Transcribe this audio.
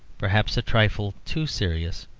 perhaps a trifle too serious.